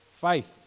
Faith